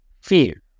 Fear